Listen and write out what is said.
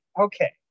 Okay